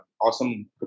awesome